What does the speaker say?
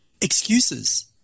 Excuses